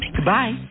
Goodbye